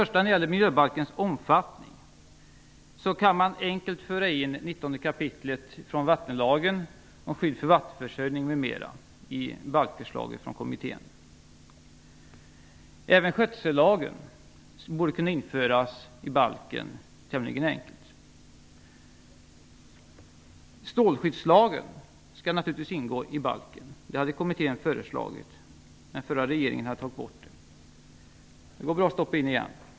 När det gäller miljöbalkens omfattning kan man enkelt föra in 19 kap. vattenlagen om skydd för vattenförsörjning m.m. i kommitténs förslag till miljöbalk. Även skötsellagen borde kunna införas i balken tämligen enkelt. Strålskyddslagen skall naturligtvis ingå i balken. Det hade kommittén föreslagit, när den förra regeringen hade tagit bort det. Det går bra att införa den igen.